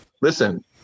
listen